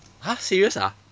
!huh! serious ah